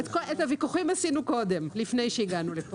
את הוויכוחים עשינו קודם לפני שהגענו לפה.